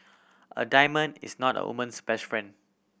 a diamond is not a woman's best friend